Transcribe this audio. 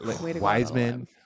Wiseman